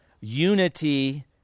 unity